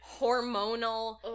hormonal